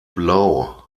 blau